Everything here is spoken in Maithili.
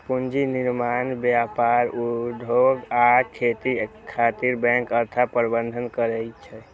पूंजी निर्माण, व्यापार, उद्योग आ खेती खातिर बैंक अर्थ प्रबंधन करै छै